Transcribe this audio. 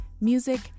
music